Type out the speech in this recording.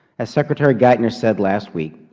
as secretary geithner said last week,